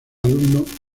alumno